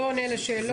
לא עונה לשאלות.